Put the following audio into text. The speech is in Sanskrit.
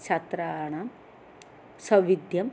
छात्राणां सौविद्ध्यं